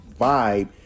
vibe